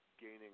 gaining